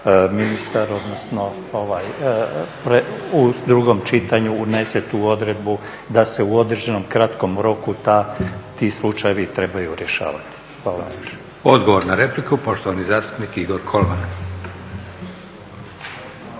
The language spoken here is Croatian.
ministar odnosno, u drugom čitanju unese tu odredbu da se u određenom kratkom roku ti slučajevi trebaju rješavati. Hvala. **Leko, Josip (SDP)** Odgovor na repliku poštovani zastupnik Igor Kolman.